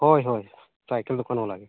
ᱦᱳᱭ ᱦᱳᱭ ᱥᱟᱭᱠᱮᱞ ᱫᱚᱠᱟᱱ ᱵᱟᱞᱟ ᱜᱮ